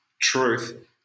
truth